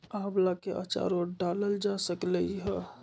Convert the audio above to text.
आम्ला के आचारो डालल जा सकलई ह